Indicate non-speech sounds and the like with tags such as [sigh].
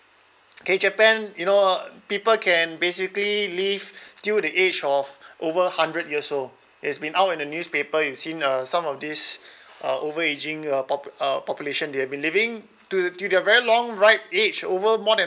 okay japan you know people can basically live till the age of over hundred years old it has been out in the newspaper you've seen uh some of these [breath] uh overaging uh pop~ uh population they have been living to till the very long ripe age over more than